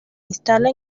instala